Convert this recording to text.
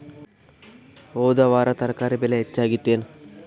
ಹೊದ ವಾರ ತರಕಾರಿ ಬೆಲೆ ಹೆಚ್ಚಾಗಿತ್ತೇನ?